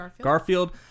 Garfield